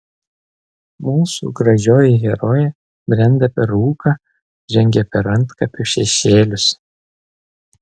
mūsų gražioji herojė brenda per rūką žengia per antkapių šešėlius